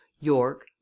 York